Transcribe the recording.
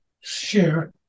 share